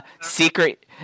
secret